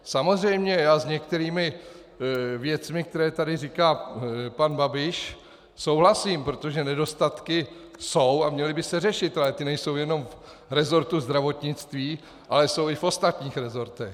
Samozřejmě s některými věcmi, které tu říká pan Babiš, souhlasím, protože nedostatky jsou a měly by se řešit, ale ty nejsou jen v resortu zdravotnictví, ale jsou i v ostatních resortech.